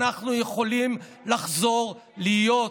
אנחנו יכולים לחזור להיות,